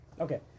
Okay